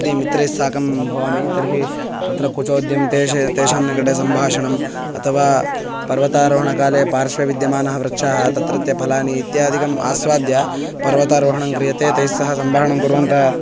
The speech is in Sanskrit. यदि मित्रैः साकं भवामि तर्हि तत्र कुचोद्यं तेषां तेषां निकटे सम्भाषणम् अथवा पर्वतारोहणकाले पार्श्वे विद्यमानाः वृक्षाः तत्रत्य फलानि इत्यादिकम् आस्वाद्य पर्वतारोहणं क्रियते तैः सह सम्भाषणं कुर्वन्तः